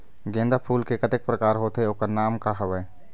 गेंदा फूल के कतेक प्रकार होथे ओकर नाम का हवे?